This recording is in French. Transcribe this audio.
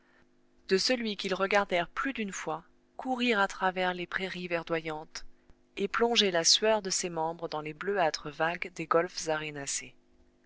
de celui qu'ils regardèrent plus d'une fois courir à travers les prairies verdoyantes et plonger la sueur de ses membres dans les bleuâtres vagues des golfes arénacés